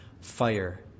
fire